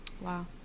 wow